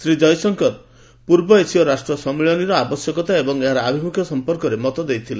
ଶ୍ରୀ କୟଶଙ୍କର ପୂର୍ବ ଏସୀୟ ରାଷ୍ଟ୍ର ସମ୍ମିଳନୀର ଆବଶ୍ୟକତା ଏବଂ ଏହାର ଆଭିମ୍ରଖ୍ୟ ସମ୍ପର୍କରେ ମତ ଦେଇଥିଲେ